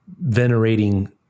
venerating